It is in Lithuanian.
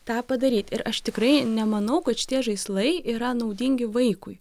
tą padaryt ir aš tikrai nemanau kad šitie žaislai yra naudingi vaikui